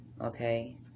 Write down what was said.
Okay